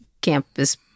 campus